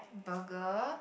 burger